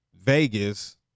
Vegas